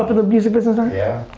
ah the music business? um yeah.